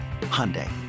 Hyundai